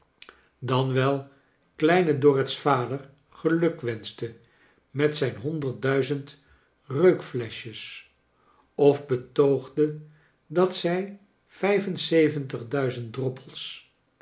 dan wel kleine dorrit's vader gelukwenschte met zijn honderdduizend reukfleschjes of betoogde dat zij vijfenzeventig duizend droppels